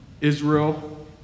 Israel